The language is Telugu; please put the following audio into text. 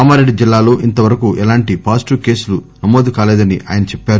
కామారెడ్డి జిల్లాలో ఇంతవరకు ఎలాంటి పాజిటివ్ కేసులు నమోదు కాలేదని ఆయన చెప్పారు